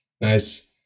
nice